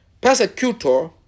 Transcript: persecutor